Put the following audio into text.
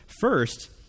First